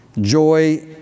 Joy